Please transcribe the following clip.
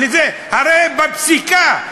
הרי בפסיקה,